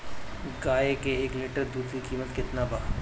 गाए के एक लीटर दूध के कीमत केतना बा?